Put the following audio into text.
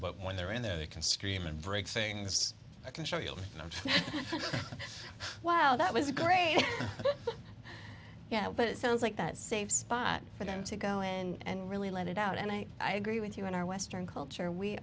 but when they're in there they can scream and break things i can show you and wow that was great but yeah but it sounds like that saved spot for them to go and really let it out and i i agree with you in our western culture we